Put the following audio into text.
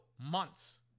months